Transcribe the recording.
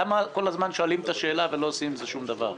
למה כל הזמן שואלים את השאלה ולא עושים עם זה שום דבר?